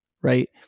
right